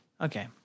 Okay